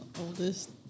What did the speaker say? oldest